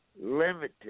limited